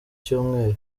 cyumweru